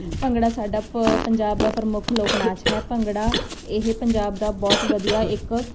ਭੰਗੜਾ ਸਾਡਾ ਪੰਜਾਬ ਦਾ ਪ੍ਰਮੁੱਖ ਲੋਕ ਨਾਚ ਹੈ ਭੰਗੜਾ ਇਹ ਪੰਜਾਬ ਦਾ ਬਹੁਤ ਵਧੀਆ ਇੱਕ